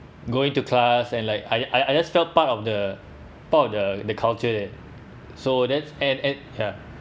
going to class and like I I I just felt part of the part of the the culture there so that's and and ya